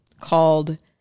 called